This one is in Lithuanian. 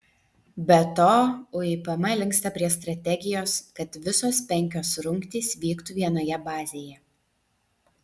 be to uipm linksta prie strategijos kad visos penkios rungtys vyktų vienoje bazėje